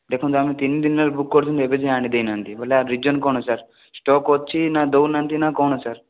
ଦେଖନ୍ତୁ ଆମେ ତିନିଦିନ ହେଲାଣି ବୁକ୍ କରିଛୁ ଏବେ ଯାଏଁ ଆଣି ଦେଇନାହାନ୍ତି ବୋଲେ ରିଜନ୍ କ'ଣ ସାର୍ ଷ୍ଟକ୍ ଅଛି ନା ଦେଉନାହାନ୍ତି ନା କ'ଣ ସାର୍